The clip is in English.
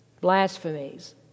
blasphemies